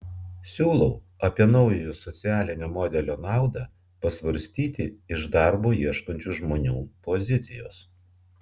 siūlau apie naujojo socialinio modelio naudą pasvarstyti iš darbo ieškančių žmonių pozicijos